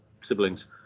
siblings